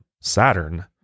Saturn